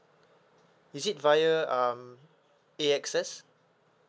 is it via um A_X_S